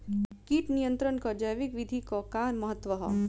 कीट नियंत्रण क जैविक विधि क का महत्व ह?